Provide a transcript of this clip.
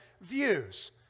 views